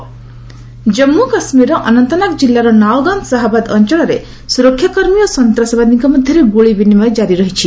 କେକେ gunfight Jammu କାଶ୍ମୀରର ଅନନ୍ତନାଗ ଜିଲ୍ଲାର ନାଓଗାମ୍ ଶାହବାଦ୍ ଅଞ୍ଚଳରେ ସୁରକ୍ଷାକର୍ମୀ ଓ ସନ୍ତାସବାଦୀଙ୍କ ମଧ୍ୟରେ ଗୁଳି ବିନିମୟ ଜାରି ରହିଛି